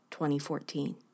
2014